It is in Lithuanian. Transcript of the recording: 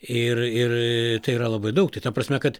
ir ir tai yra labai daug tai ta prasme kad